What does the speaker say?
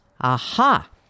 Aha